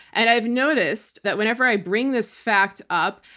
and i've noticed that whenever i bring this fact up,